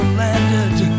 landed